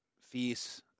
fierce